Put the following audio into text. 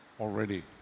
already